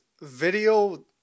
video